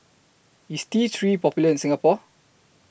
IS T three Popular in Singapore